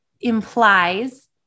implies